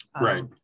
Right